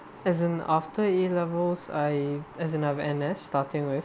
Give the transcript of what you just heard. as in after A levels I as in I went N_S starting with